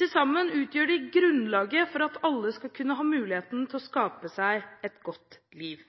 Til sammen utgjør de grunnlaget for at alle skal kunne ha muligheten til å skape seg et godt liv.